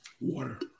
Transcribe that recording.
Water